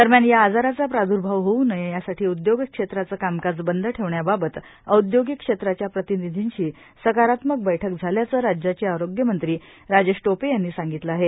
दरम्यान या आजाराचा प्रादुर्भाव होऊ नये यासाठी उदयोग क्षेत्राचं कामकाज बंद ठेवण्याबाबत आदयोगिक क्षेत्राच्या प्रतिनिधींशी सकारात्मक बैठक झाल्याचं राज्याचे आरोग्यमंत्री राजेश टोपे यांनी सांगितलं आहे